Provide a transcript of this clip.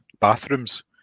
bathrooms